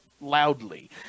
loudly